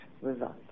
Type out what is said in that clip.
results